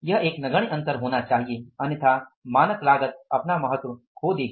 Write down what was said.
यह एक नगण्य अंतर होना चाहिए अन्यथा मानक लागत अपना महत्व खो देगी